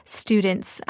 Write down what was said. students